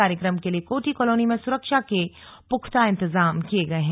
कार्यक्रम के लिए कोटी कॉलोनी में सुरक्षा के पुख्ता इंतजाम किए गए हैं